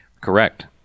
correct